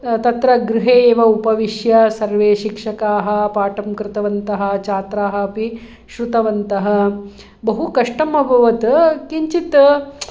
तत्र गृहे एव उपविश्य सर्वे शिक्षकाः पाठं कृतवन्तः छात्राः अपि श्रुतवन्तः बहुकष्टम् अभवत् किञ्चित्